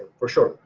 for sure,